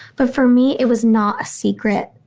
but for me, it was not a secret.